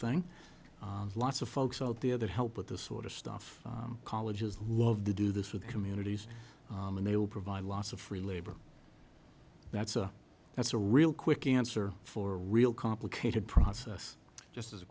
thing lots of folks out there that help with this sort of stuff colleges loved to do this with communities and they will provide lots of free labor that's a that's a real quick answer for a real complicated process just as